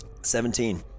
Seventeen